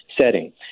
setting